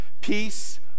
Peace